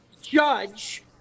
judge